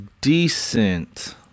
decent